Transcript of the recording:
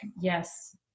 yes